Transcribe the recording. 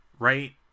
Right